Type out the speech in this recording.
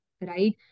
right